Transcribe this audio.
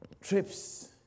Trips